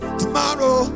tomorrow